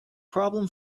problem